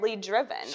driven